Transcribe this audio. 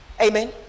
amen